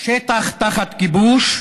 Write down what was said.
שטח תחת כיבוש,